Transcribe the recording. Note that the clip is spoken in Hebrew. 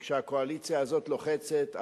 כי כשהקואליציה הזאת לוחצת,